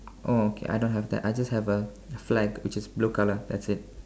oh okay I don't have that I just have a flag which is blue colour that's it